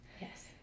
Yes